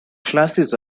classes